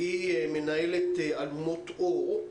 שהיא מנהלת אלומות אור,